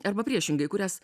arba priešingai kurias